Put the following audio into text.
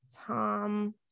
Tom